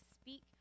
speak